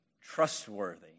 Trustworthy